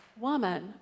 Woman